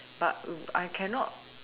but I cannot